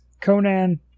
Conan